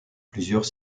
plusieurs